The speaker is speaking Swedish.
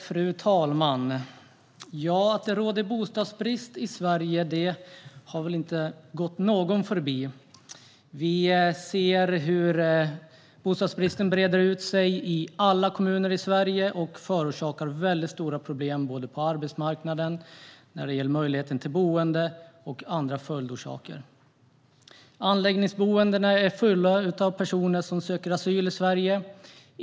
Fru talman! Att det råder bostadsbrist i Sverige har väl inte gått någon förbi. Vi ser hur bostadsbristen breder ut sig i alla kommuner i Sverige. Det förorsakar väldigt stora problem på arbetsmarknaden när det gäller möjligheten till boende och har också andra följder. Anläggningsboendena är fulla av personer som söker asyl i Sverige.